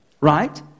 Right